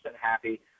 happy